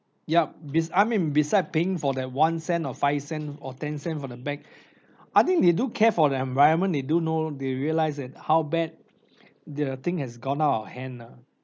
yup bes~ I mean beside paying for that one cent or five cents or ten cents for the bag I think they do care for the environment they do know they realize that how bad the thing has gone out of hand nah